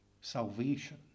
salvation